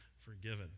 forgiven